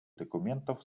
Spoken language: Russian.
документов